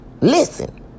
Listen